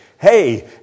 Hey